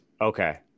Okay